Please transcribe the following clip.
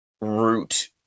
root